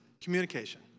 communication